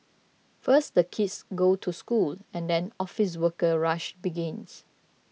first the kids go to school and then office worker rush begins